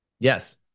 Yes